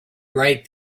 right